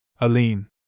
Aline